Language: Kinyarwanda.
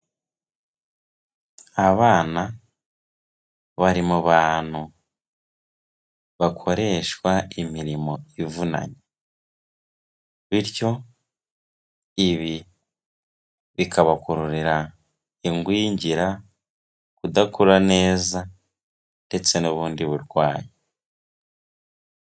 Abana bari mu bantu bakoreshwa imirimo ivunanye. Bityo, ibi bikabakurira ingwingira, kudakura neza ndetse n'ubundi burwayi.